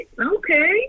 okay